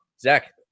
Zach